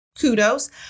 kudos